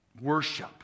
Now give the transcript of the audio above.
worship